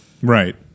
Right